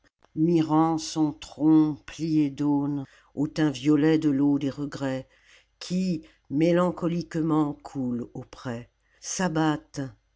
mirant son tronc plié d'aune au tain violet de l'eau des regrets qui mélancoliquement coule auprès s'abattent